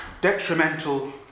detrimental